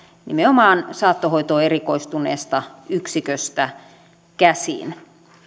nimenomaan saattohoitoon erikoistuneesta yksiköstä käsin